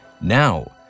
Now